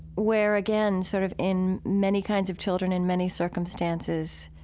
where, again, sort of in many kinds of children in many circumstances,